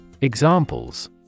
Examples